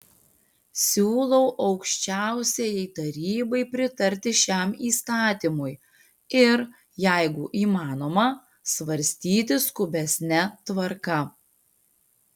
siūlau aukščiausiajai tarybai pritarti šiam įstatymui ir jeigu įmanoma svarstyti skubesne tvarka